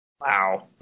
Wow